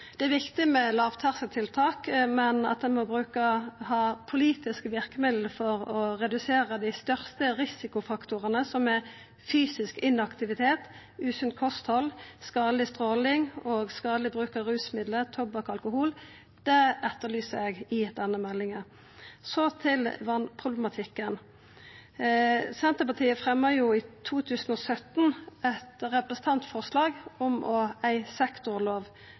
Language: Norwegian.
Det er viktig med lavterskeltiltak, men ein må ha politiske verkemiddel for å redusera dei største risikofaktorane, som er fysisk inaktivitet, usunt kosthald, skadeleg stråling og skadeleg bruk av rusmidlar, tobakk og alkohol. Det etterlyser eg i denne meldinga. Så til vatnproblematikken. Senterpartiet fremma i 2017 eit representantforslag om ei sektorlov.